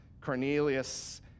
Cornelius